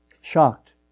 shocked